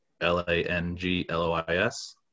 L-A-N-G-L-O-I-S